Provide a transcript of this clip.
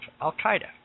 al-Qaeda